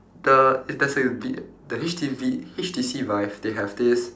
the is the say V the H T V H_T_C vive they have this